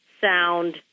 sound